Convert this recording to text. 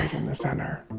in the center